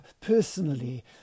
personally